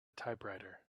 typewriter